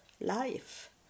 life